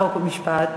חוק ומשפט,